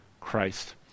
Christ